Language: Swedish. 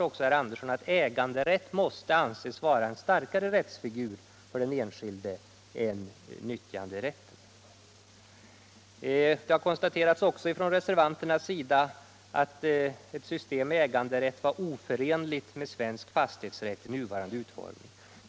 också alldeles klart, att äganderätt måste anses vara en starkare rättsfigur för den enskilde än nyttjanderätt. Reservanterna har också konstaterat att ett system med äganderätt är oförenligt med svensk fastighetsrätt i nuvarande utformning.